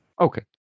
okay